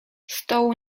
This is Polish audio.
stołu